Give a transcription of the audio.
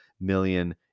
million